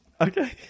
okay